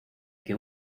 que